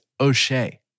O'Shea